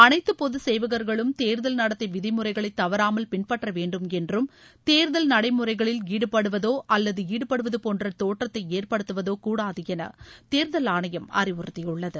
அனைத்து பொது சேவகர்களும் தேர்தல் நடத்தை விதிமுறைகளை தவறாமல் பின்பற்ற வேண்டும் என்றும் தேர்தல் நடைமுறைகளில் ஈடுபடுவதோ அல்லது ஈடுபடுவது போன்ற தோற்றத்தை ஏற்படுத்துவதோ கூடாது என தேர்தல் ஆணையம் அறிவுறுத்தியுள்ளது